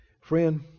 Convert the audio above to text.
Friend